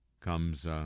comes